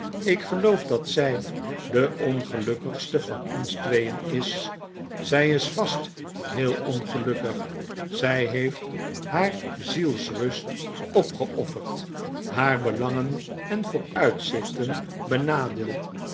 ik geloof dat zij de ongelukkigste van ons tweeen is zij is vast heel ongelukkig zij heeft haar zielsrust opgeofferd haar belangen en vooruitzichten benadeeld